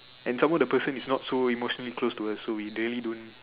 and some more the person is not so emotionally close to us so we really don't